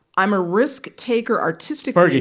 i'm a risk-taker artistically.